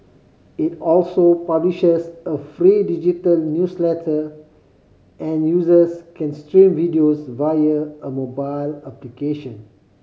it also publishes a free digital newsletter and users can stream videos via a mobile application